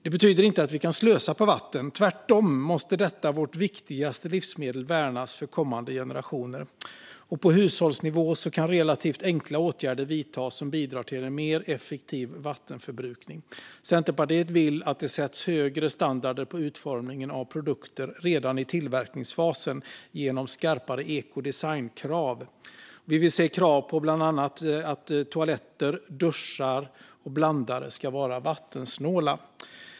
Det betyder inte att vi kan slösa på vatten - tvärtom måste detta vårt viktigaste livsmedel värnas för kommande generationer. På hushållsnivå kan relativt enkla åtgärder vidtas som bidrar till en mer effektiv vattenförbrukning. Centerpartiet vill att det sätts högre standarder för utformningen av produkter redan i tillverkningsfasen genom skarpare ekodesignkrav. Vi vill se krav på att bland annat toaletter, duschar och blandare ska vara vattensnåla.